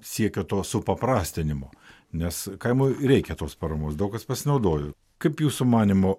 siekio to supaprastinimo nes kaimui reikia tos paramos daug kas pasinaudojo kaip jūsų manymu